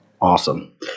Awesome